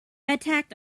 attack